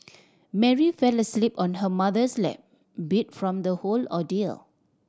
Mary fell asleep on her mother's lap beat from the whole ordeal